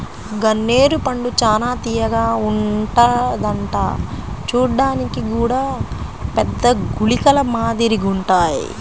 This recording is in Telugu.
గన్నేరు పండు చానా తియ్యగా ఉంటదంట చూడ్డానికి గూడా పెద్ద గుళికల మాదిరిగుంటాయ్